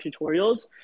tutorials